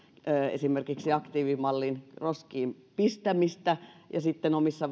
esimerkiksi aktiivimallin roskiin pistämistä ja sitten omissa